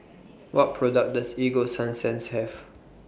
What products Does Ego Sunsense Have